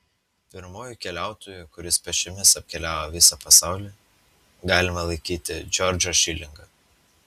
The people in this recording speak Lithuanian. pirmuoju keliautoju kuris pėsčiomis apkeliavo visą pasaulį galima laikyti džordžą šilingą